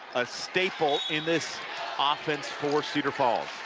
a staple in this offense for cedar falls.